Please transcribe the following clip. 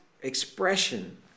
expression